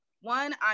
one